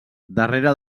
darrere